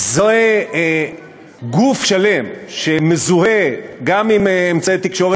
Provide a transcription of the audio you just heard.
זה גוף שלם שמזוהה גם עם אמצעי תקשורת,